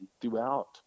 throughout